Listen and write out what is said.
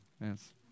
Yes